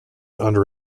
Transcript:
under